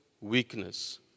weakness